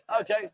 Okay